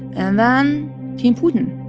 and then came putin,